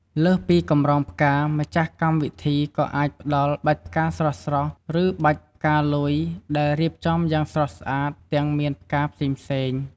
លើសពីកម្រងផ្កា ម្ចាស់កម្មវិធីក៏អាចផ្តល់ បាច់ផ្កាស្រស់ៗ ឬបាច់ផ្កាលុយ ដែលរៀបចំយ៉ាងស្រស់ស្អាត ទាំងមានផ្កាផ្សេងៗ ។